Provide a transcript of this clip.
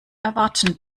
erwarten